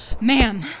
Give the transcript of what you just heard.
Ma'am